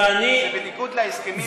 זה בניגוד להסכמים,